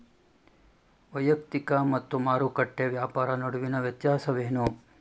ವೈಯಕ್ತಿಕ ಮತ್ತು ಮಾರುಕಟ್ಟೆ ವ್ಯಾಪಾರ ನಡುವಿನ ವ್ಯತ್ಯಾಸವೇನು?